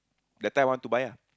that time want to buy ah